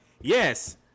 Yes